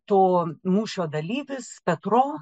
to mūšio dalyvis petro